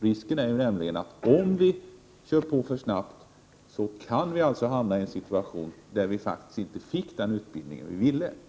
Risken är nämligen att vi, om vi går för snabbt fram, faktiskt inte får den utbildning vi ville ha.